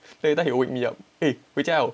then later he will wake me up eh 回家了